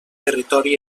territori